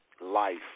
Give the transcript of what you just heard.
life